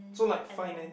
so like finance